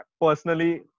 personally